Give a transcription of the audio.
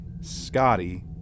Scotty